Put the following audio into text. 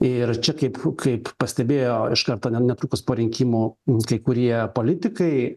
ir čia kaip kaip pastebėjo iš karto ne netrukus po rinkimų kai kurie politikai